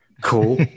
cool